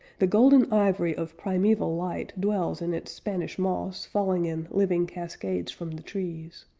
the golden ivory of primeval light dwells in its spanish moss, falling in living cascades from the trees,